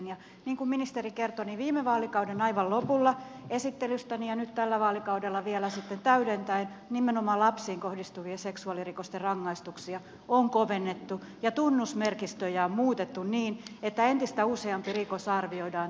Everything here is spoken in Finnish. niin kuin ministeri kertoi viime vaalikauden aivan lopulla esittelystäni ja nyt tällä vaalikaudella vielä sitten täydentäen nimenomaan lapsiin kohdistuvien seksuaalirikosten rangaistuksia on kovennettu ja tunnusmerkistöjä on muutettu niin että entistä useampi rikos arvioidaan törkeäksi